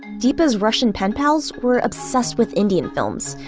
deepa's russian pen pals were obsessed with indian films,